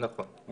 נכון.